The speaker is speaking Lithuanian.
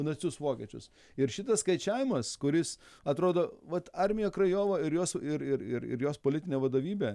nacius vokiečius ir šitas skaičiavimas kuris atrodo vat armija krajova ir jos ir ir ir ir jos politinė vadovybė